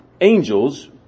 angels